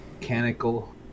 mechanical